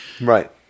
right